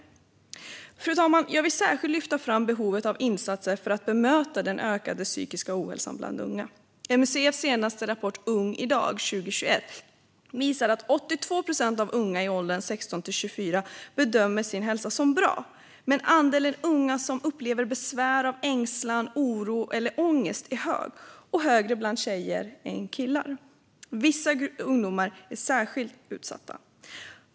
Fru talman! Jag vill särskilt lyfta fram behovet av insatser för att bemöta den ökade psykiska ohälsan bland unga. MUCF:s senaste rapport, Ung idag 2021 , visar att 82 procent av unga i åldern 16-24 bedömer sin hälsa som bra. Men andelen unga som upplever besvär av ängslan, oro eller ångest är hög, och den är högre bland tjejer än bland killar. Vissa ungdomar är särskilt utsatta.